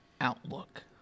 outlook